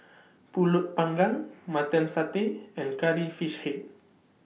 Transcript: Pulut Panggang Mutton Satay and Curry Fish Head